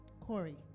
Corey